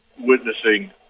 witnessing